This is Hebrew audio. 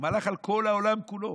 מלך על כל העולם כולו.